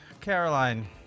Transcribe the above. Caroline